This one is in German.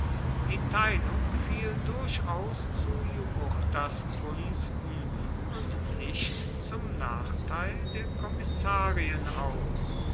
die teilung fiel durchaus zu jugurthas gunsten und nicht zum nachteil der kommissarien aus